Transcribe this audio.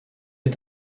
est